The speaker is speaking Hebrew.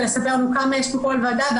לספר לנו כמה יש בכל ועדה,